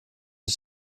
ich